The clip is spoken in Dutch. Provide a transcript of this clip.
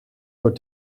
door